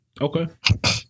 Okay